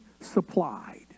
supplied